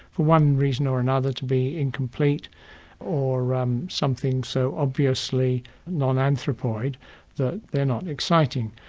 for one reason or another, to be incomplete or um something so obviously non-anthropoid that they're not exciting.